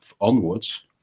onwards